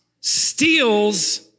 steals